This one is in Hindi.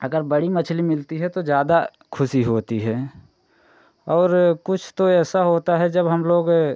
अगर बड़ी मछली मिलती है तो ज़्यादा ख़ुशी होती है और कुछ तो ऐसा होता है जब हम लोग